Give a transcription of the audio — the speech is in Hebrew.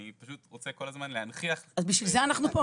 אני פשוט רוצה כל הזמן להנכיח --- אז בשביל זה אנחנו פה,